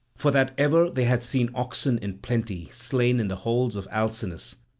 for that ever they had seen oxen in plenty slain in the halls of alcinous.